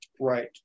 Right